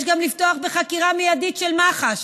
יש גם לפתוח בחקירה מיידית של מח"ש.